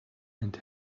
and